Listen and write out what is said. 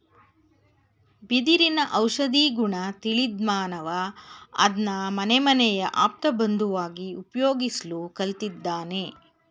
ಬಿದಿರಿನ ಔಷಧೀಗುಣ ತಿಳಿದ್ಮಾನವ ಅದ್ನ ಮನೆಮನೆಯ ಆಪ್ತಬಂಧುವಾಗಿ ಉಪಯೋಗಿಸ್ಲು ಕಲ್ತಿದ್ದಾನೆ